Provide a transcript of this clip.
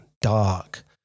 dark